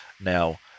Now